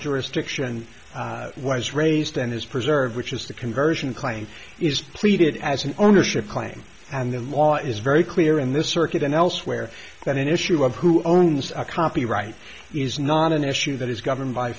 jurisdiction was raised and is preserved which is the conversion claim is pleated as an ownership claim and the law is very clear in this circuit and elsewhere that an issue of who owns a copyright is not an issue that is governed by